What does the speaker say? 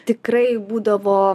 tikrai būdavo